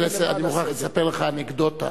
חבר הכנסת,